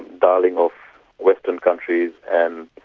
darling of western countries and